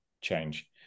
change